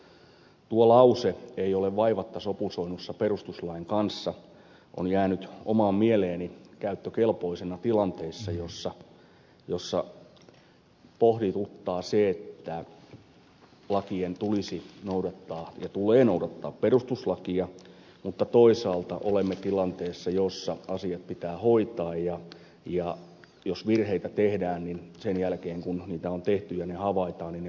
tuo ilmaisu ei ole vaivatta sopusoinnussa perustuslain kanssa on jäänyt omaan mieleeni käyttökelpoisena tilanteissa joissa pohdituttaa se että lakien tulisi noudattaa ja tulee noudattaa perustuslakia mutta toisaalta olemme tilanteessa jossa asiat pitää hoitaa ja jos virheitä tehdään niin sen jälkeen kun niitä on tehty ja ne havaitaan ne korjataan